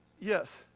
Yes